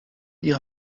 ihrer